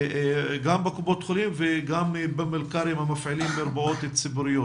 גם בקופות החולים וגם במרפאות ציבוריות.